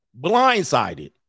blindsided